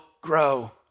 grow